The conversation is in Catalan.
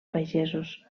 pagesos